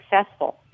successful